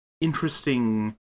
interesting